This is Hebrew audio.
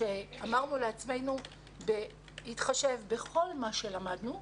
אמרנו לעצמנו בהתחשב בכל מה שלמדנו,